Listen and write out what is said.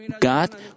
God